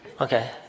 Okay